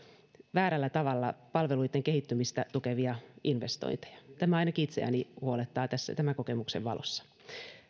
väärällä tavalla palveluitten kehittymistä tukevia investointeja tämä ainakin itseäni huolettaa tässä tämän kokemuksen valossa